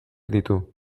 ditu